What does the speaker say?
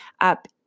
up